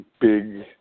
big